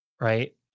right